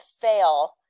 fail